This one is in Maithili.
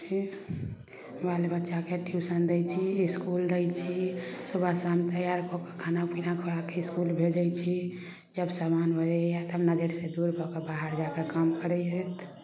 छी बाल बच्चाके ट्यूशन दै छी इसकुल दै छी सुबह शाम भेल खूब खाना पीना खुआके इसकुल भेजै छी जब सामान रहैयया तऽ नजरि से दूर कऽके बाहर जाके काम करै छथि